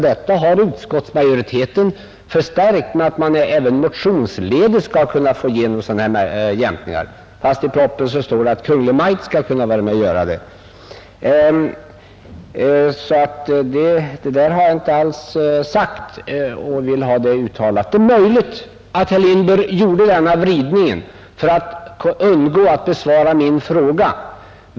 Detta har utskottsmajoriteten förstärkt genom att uttala att man även motionsledes skall kunna få igenom sådana jämkningar, fastän det i propositionen bara står att Kungl. Maj:t skall kunna göra det. Det är möjligt att herr Lindberg gjorde denna vridning för att undgå att behöva besvara min fråga.